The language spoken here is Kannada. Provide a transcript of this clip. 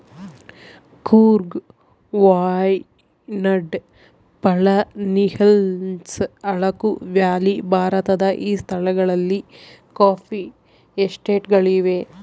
ಕೂರ್ಗ್ ವಾಯ್ನಾಡ್ ಪಳನಿಹಿಲ್ಲ್ಸ್ ಅರಕು ವ್ಯಾಲಿ ಭಾರತದ ಈ ಸ್ಥಳಗಳಲ್ಲಿ ಕಾಫಿ ಎಸ್ಟೇಟ್ ಗಳಿವೆ